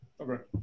Okay